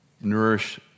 nourish